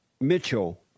Mitchell